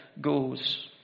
goes